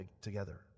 together